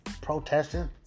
protesting